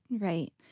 right